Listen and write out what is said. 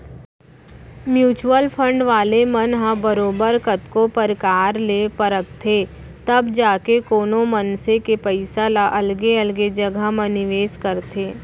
mutual fund वाले मन ह बरोबर कतको परकार ले परखथें तब जाके कोनो मनसे के पइसा ल अलगे अलगे जघा म निवेस करथे